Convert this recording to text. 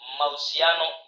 mausiano